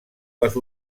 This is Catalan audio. les